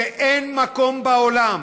ואין מקום בעולם,